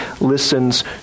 listens